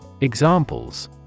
Examples